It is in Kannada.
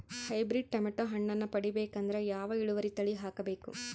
ಹೈಬ್ರಿಡ್ ಟೊಮೇಟೊ ಹಣ್ಣನ್ನ ಪಡಿಬೇಕಂದರ ಯಾವ ಇಳುವರಿ ತಳಿ ಹಾಕಬೇಕು?